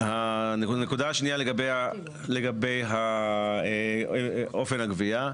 הנקודה השנייה לגבי אופן הגבייה,